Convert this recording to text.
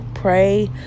Pray